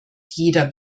jeder